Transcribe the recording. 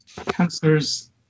cancers